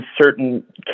certain